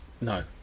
no